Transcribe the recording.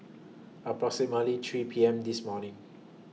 approximately three P M This morning